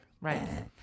Right